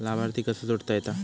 लाभार्थी कसा जोडता येता?